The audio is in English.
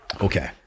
Okay